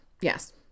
yes